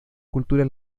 cultura